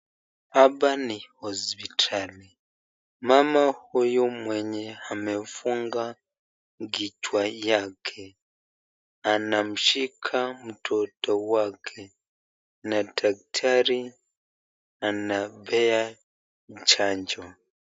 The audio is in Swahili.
Hapa ni hospitali, mama huyu mwenye amefunga kichwa yake anamshika mtoto wake na daktari anampea chanjo.